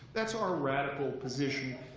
that's our radical position,